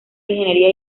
ingeniería